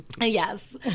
Yes